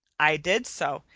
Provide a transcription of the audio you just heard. i did so,